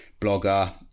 blogger